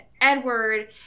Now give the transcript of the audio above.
Edward